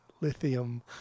Lithium